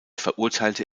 verurteilte